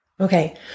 Okay